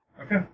Okay